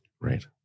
Right